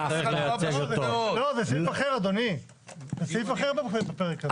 זה סעיף אחר בפרק הזה.